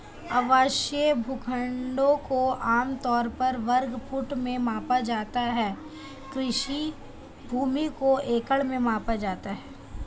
आवासीय भूखंडों को आम तौर पर वर्ग फुट में मापा जाता है, कृषि भूमि को एकड़ में मापा जाता है